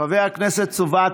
חבר הכנסת סובה,